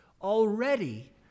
already